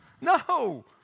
No